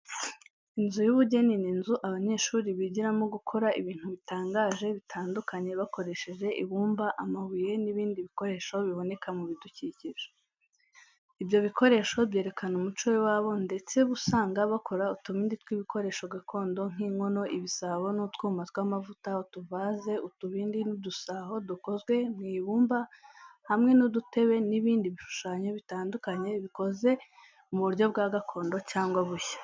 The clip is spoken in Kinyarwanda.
Inzu y'ubugeni ni inzu, abanyeshuri bigiramo gukora ibintu bitangaje bitandukanye bakoresheje ibumba, amabuye n’ibindi bikoresho biboneka mu bidukikije. Ibyo bikoresho byerekana umuco w’iwabo, ndetse uba usanga bakora utubindi tw’ibikoresho gakondo nk'inkono, ibisabo n’utwuma tw’amavuta, utuvaze, utubindi, n’udusaho dukozwe mu ibumba hamwe n’udutebe n’ibindi bishushanyo bitandukanye bikoze mu buryo bwa gakondo cyangwa bushya.